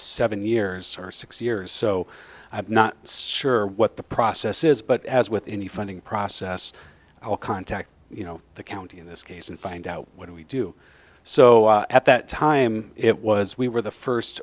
seven years or six years so i've not sure what the process is but as with any funding process i'll contact you know the county in this case and find out what do we do so at that time it was we were the first